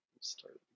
start